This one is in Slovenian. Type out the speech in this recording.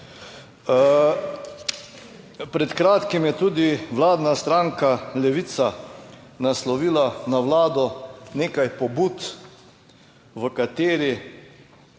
Pred kratkim je tudi vladna stranka Levica naslovila na Vlado nekaj pobud v kateri,